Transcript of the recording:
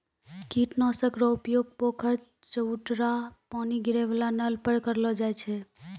कीट नाशक रो उपयोग पोखर, चवुटरा पानी गिरै वाला नल पर करलो जाय छै